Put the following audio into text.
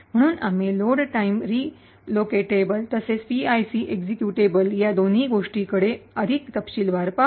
म्हणून आम्ही load time relocatable तसेच पीआयसी एक्झिक्यूटेबल या दोन्ही गोष्टींकडे अधिक तपशीलांवर पाहू